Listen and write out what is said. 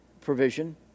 provision